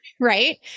right